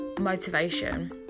motivation